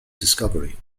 discovery